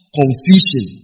confusion